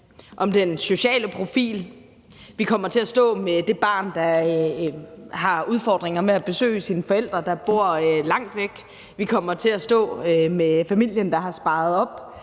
om den sociale profil. Vi kommer til at stå med det barn, der har udfordringer med at besøge sin forælder, der bor langt væk, vi kommer til at stå med familien, der har sparet op